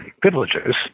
privileges